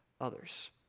others